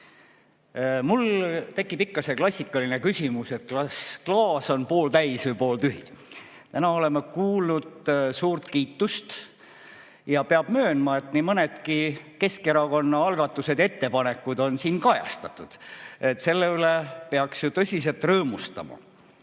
Mul tekib ikka see klassikaline küsimus, et kas klaas on pooltäis või pooltühi. Täna oleme kuulnud suurt kiitust. Peab möönma, et nii mõnedki Keskerakonna algatused ja ettepanekud on siin kajastatud. Selle üle peaks ju tõsiselt rõõmustama.